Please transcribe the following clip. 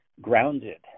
grounded